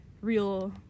real